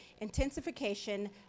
intensification